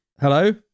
Hello